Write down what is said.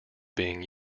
being